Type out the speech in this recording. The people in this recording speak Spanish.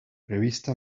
revista